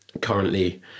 currently